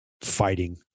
fighting